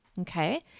okay